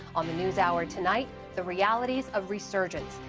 on the newshour tonight the realities of resurgence.